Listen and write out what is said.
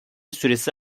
süresi